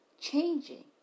changing